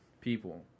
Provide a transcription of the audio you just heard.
people